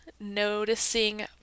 noticing